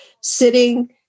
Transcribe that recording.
sitting